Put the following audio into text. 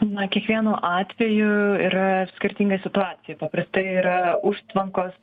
na kiekvienu atveju yra skirtinga situacija paprastai yra užtvankos